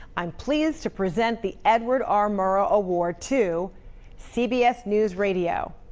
i'm pleased to present the edward r. murrow award to cbs news radio.